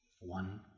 One